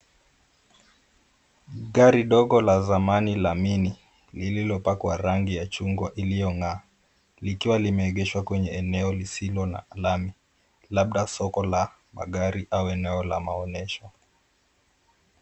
Gari dogo la zamani la mini, lililopakwa rangi la chungwa iliyong'aa. Likiwa lieegeshwa kwenye eneo lisilo na lami. Labda soko la magari au eneo la maonyesho.